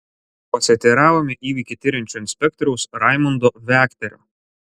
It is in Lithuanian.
pasiteiravome įvykį tiriančio inspektoriaus raimundo vekterio